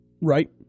Right